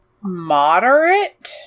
moderate